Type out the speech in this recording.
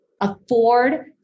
afford